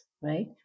right